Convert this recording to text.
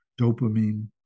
dopamine